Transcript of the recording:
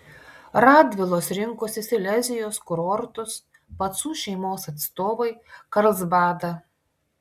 radvilos rinkosi silezijos kurortus pacų šeimos atstovai karlsbadą